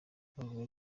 avuga